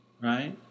right